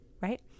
right